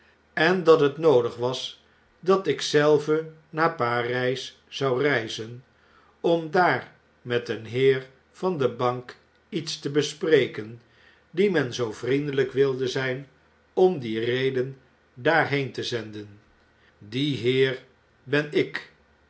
en dat het noodig was dat ik zelve naar p a r y s zou reizen om daar met een heer van de bank iets te bespreken dien men zoo vriendelijk wilde zyn om die reden daarheen te zenden die heer ben ik